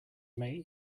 mate